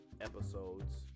episodes